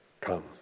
come